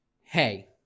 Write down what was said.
hey